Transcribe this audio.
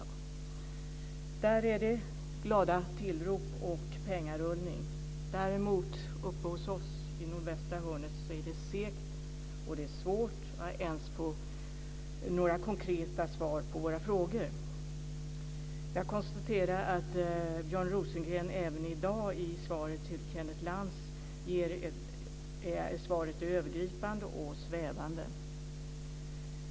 I Malmöregionen är det glada tillrop och pengarullning men uppe hos oss i nordvästra hörnet av Skåne är det segt. Det är svårt att ens få konkreta svar på våra frågor. Jag konstaterar att Björn Rosengren även i dag i sitt svar till Kenneth Lantz uttrycker sig övergripande och svävande.